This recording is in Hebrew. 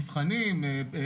מבחנים,